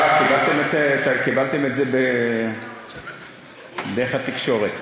קיבלתם את זה דרך התקשורת.